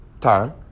time